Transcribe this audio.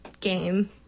game